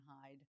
hide